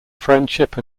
friendship